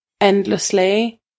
endlessly